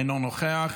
אינו נוכח,